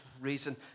reason